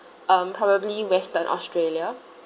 um probably western australia